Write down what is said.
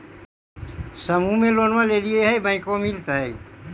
समुह मे लोनवा लेलिऐ है बैंकवा मिलतै?